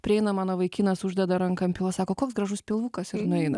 prieina mano vaikinas uždeda ranką ant pilvo sako koks gražus pilvukas ir nueina